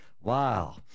Wow